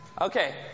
Okay